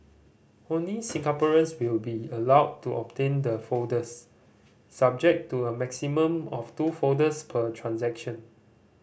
only Singaporeans will be allowed to obtain the folders subject to a maximum of two folders per transaction